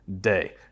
day